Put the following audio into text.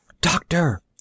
Doctor